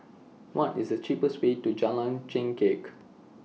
What IS The cheapest Way to Jalan Chengkek